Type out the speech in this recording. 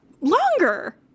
Longer